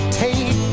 take